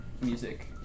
music